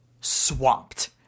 swamped